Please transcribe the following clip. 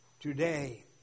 today